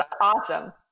awesome